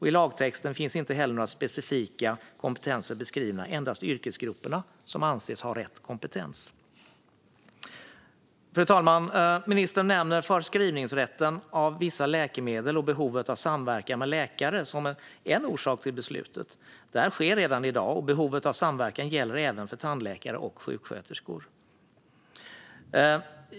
I lagtexten finns inte heller några specifika kompetenser beskrivna utan endast de yrkesgrupper som anses ha rätt kompetens. Fru talman! Ministern nämner förskrivningsrätten av vissa läkemedel och behovet av samverkan med läkare som en orsak till beslutet. Det här sker redan i dag, och behovet av samverkan gäller även för tandläkare och sjuksköterskor.